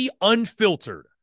Unfiltered